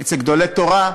אצל גדולי תורה,